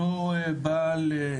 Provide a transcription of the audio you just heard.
אותו בעל,